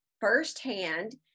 firsthand